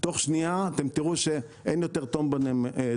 תוך שנייה אתם תראו שאין יותר תור בנמלים.